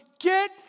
Get